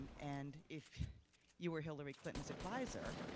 and if you were hillary clinton's advisor,